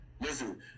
Listen